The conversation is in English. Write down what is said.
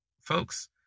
folks